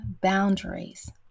boundaries